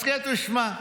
הסכת ושמע.